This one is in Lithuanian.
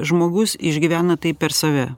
žmogus išgyvena tai per save